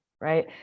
right